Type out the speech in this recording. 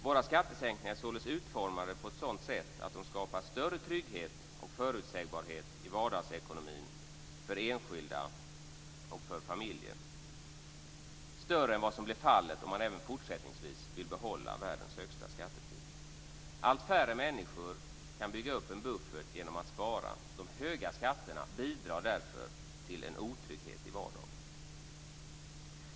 Våra skattesänkningar är således utformade på ett sådant sätt att de skapar större trygghet och förutsägbarhet i vardagsekonomin för enskilda och familjer än vad som blir fallet om man även fortsättningsvis vill behålla världens högsta skattetryck. Allt färre människor kan bygga upp en buffert genom att spara. De höga skatterna bidrar därför till en otrygghet i vardagen.